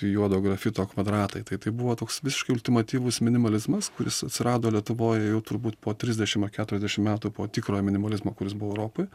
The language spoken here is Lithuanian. juodo grafito kvadratai tai tai buvo toks visiškai ultimatyvus minimalizmas kuris atsirado lietuvoj jau turbūt po trisdešimt ar keturiasdešimt metų po tikrojo minimalizmo kuris buvo europoj